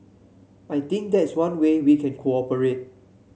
I think that's one way we can cooperate